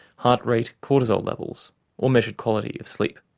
heart rate, cortisol levels or measured quality of sleep.